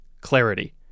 clarity